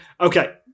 Okay